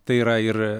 tai yra ir